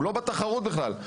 הוא לא בתחרות בכלל,